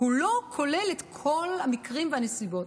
לא כולל את כל המקרים והנסיבות.